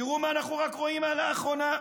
תראו מה אנחנו רואים רק לאחרונה.